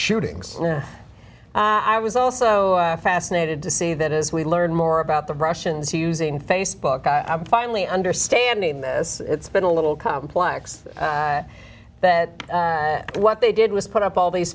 shootings i was also fascinated to see that as we learn more about the russians using facebook i'm finally understanding this it's been a little d complex that what they did was put up all these